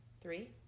Three